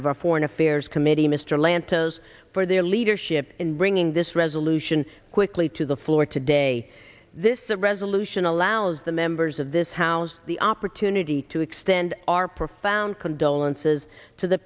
the foreign affairs committee mr lantos for their leadership in bringing this resolution quickly to the floor today this that resolution allows the members of this house the opportunity to extend our profound condolences to the